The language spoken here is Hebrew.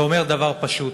זה אומר דבר פשוט: